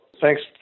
Thanks